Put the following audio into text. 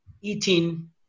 eating